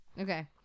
Okay